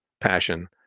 passion